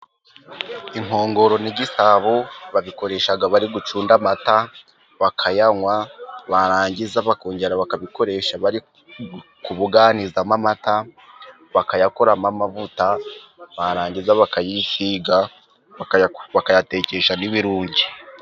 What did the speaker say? Inkongoro n'igisabo， babikoresha bari gucunda amata， bakayanywa，barangiza bakongera， bakabikoresha bari kubuganizamo amata， bakayakoramo amavuta， barangiza bakayisiga，bakayatekesha n'ibirunge.